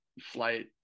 flight